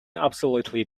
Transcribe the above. absolutely